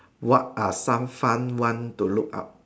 what are some fun one to look up